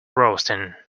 roasting